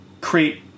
create